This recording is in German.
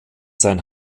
sein